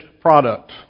product